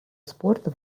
спорта